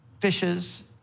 fishes